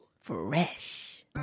Fresh